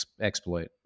exploit